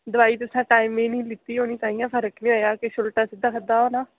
दवाई तुसें टाइम दी नी लित्ती होनी ताइयें फर्क नि होएया किश उलटा सिद्धा खाद्धा होना